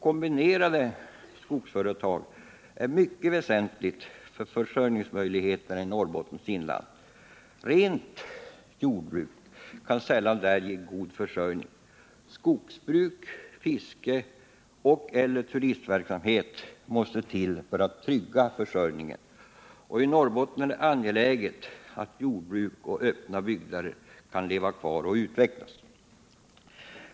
Kombinerade jordbruksföretag är mycket väsentliga för försörjningsmöjligheterna i Norrbottens inland. ”Rent” jordbruk kan sällan där ge god försörjning. Skogsbruk, fiske och/eller turistverksamhet måste till för att trygga försörjningen. I Norrbotten är det angeläget att jordbruk och öppna bygder kan leva kvar och utvecklas.